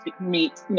meet